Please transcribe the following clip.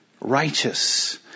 righteous